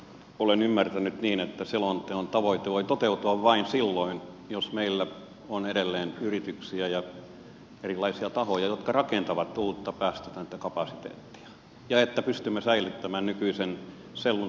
olen ymmärtänyt niin että selonteon tavoite voi toteutua vain silloin jos meillä on edelleen yrityksiä ja erilaisia tahoja jotka rakentavat uutta päästötöntä kapasiteettia ja että pystymme säilyttämään nykyisen selluntuotantokapasiteetin